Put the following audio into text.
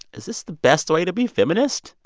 is this the best way to be feminist?